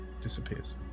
disappears